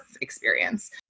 experience